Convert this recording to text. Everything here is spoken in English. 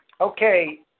Okay